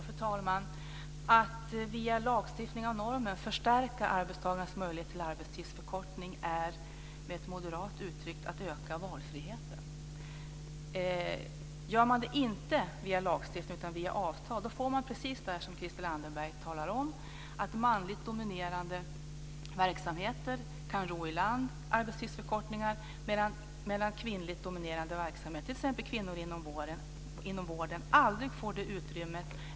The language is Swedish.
Fru talman! Att via lagstiftning och normer förstärka arbetstagarnas möjligheter till arbetstidsförkortning är, med ett moderat uttryck, att öka valfriheten. Gör man det inte via lagstiftning utan via avtal får man precis det som Christel Anderberg talar om, att manligt dominerade verksamheter kan ro i land arbetstidsförkortningar, medan kvinnligt dominerade verksamheter, t.ex. vården, aldrig får detta utrymme.